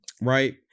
Right